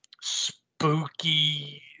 spooky –